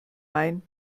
main